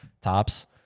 tops